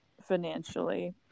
financially